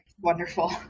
wonderful